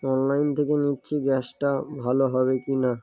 online থেকে নিচ্ছি গ্যাসটা ভালো হবে কি না